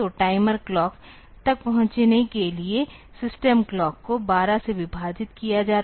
तो timer clock तक पहुँचने के लिए सिस्टम क्लॉक को 12 से विभाजित किया जाता है